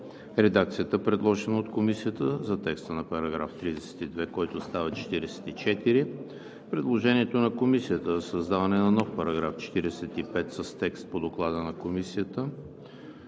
редакцията, предложена от Комисията за текста на § 32, който става § 44; предложението на Комисията за създаване на нов § 45 с текст по Доклада на Комисията;